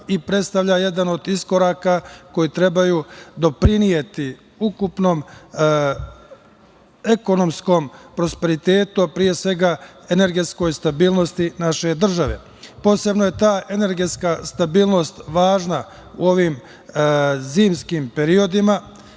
i predstavlja jedan od iskoraka koji trebaju doprineti ukupnom ekonomskom prosperitetu, a pre svega energetskoj stabilnosti naše države. Posebno je ta energetska stabilnost važan u ovim zimskim periodima,